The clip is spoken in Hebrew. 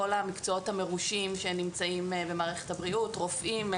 המקצועות המרושים שנמצאים במערכת הבריאות רופאים,